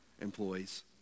employees